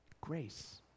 grace